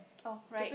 oh right